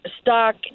stock